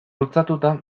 bultzatuta